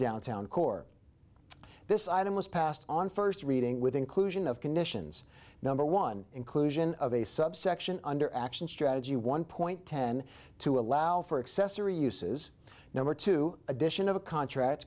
downtown core this item was passed on first reading with inclusion of conditions number one inclusion of a subsection under action strategy one point ten to allow for accessory uses number two addition of contracts